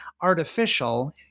artificial